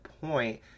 point